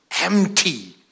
empty